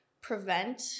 prevent